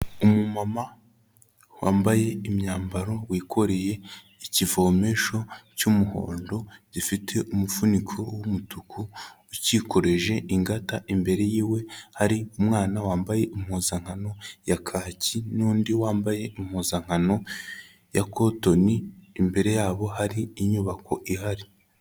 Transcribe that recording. Umumama wambaye imyambaro wikoreye ikivomesho cy'umuhondo gifite umufuniko w'umutuku ukikoreje ingata, imbere yiwe hari umwana wambaye impuzankano ya kaki n'undi wambaye impuzankano ya kotoni, imbere yabo hari inyubako ihari.